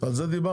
על זה דיברנו.